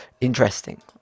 interesting